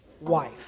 wife